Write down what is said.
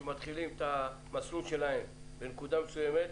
שמתחילים את המסלול שלהם בנקודה מסוימת,